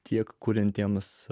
tiek kuriantiems